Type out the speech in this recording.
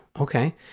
okay